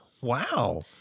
Wow